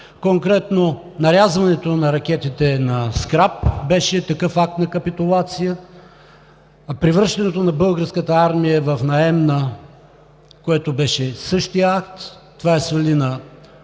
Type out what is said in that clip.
Конкретно нарязването на ракетите на скрап беше такъв акт на капитулация; превръщането на Българската армия в наемна беше същият акт – това я свали на